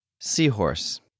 Seahorse